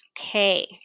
Okay